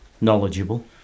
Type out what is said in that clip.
knowledgeable